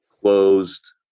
closed